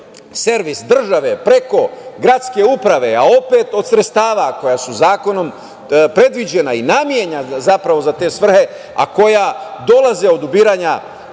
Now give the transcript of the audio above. servis države, preko gradske uprave, a opet od sredstva koja su zakonom predviđena i namenjena zapravo za te svrhe, a koja dolaze od ubiranja